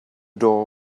door